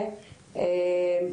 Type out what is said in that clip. את האכיפה בשני המקרים.